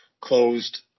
closed